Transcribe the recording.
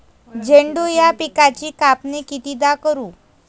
झेंडू या पिकाची कापनी कितीदा करू?